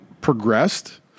progressed